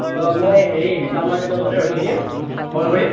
মই মানে হেৰি বিশাল মাৰ্কেটৰ ওচৰতে ৰখি থাকিম কল কৰিম